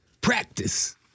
Practice